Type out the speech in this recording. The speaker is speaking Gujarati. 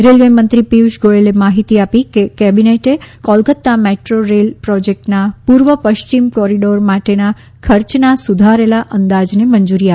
રેલવે મંત્રી પિયુષ ગોયલે માહિતી આપી કે કેબિનેટે કોલકાતા મેટ્રો રેલ પ્રોજેક્ટના પૂર્વ પશ્ચિમ કોરિડોર માટેના ખર્ચના સુધારેલા અંદાજને મંજૂરી આપી છે